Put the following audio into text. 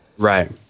Right